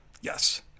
Yes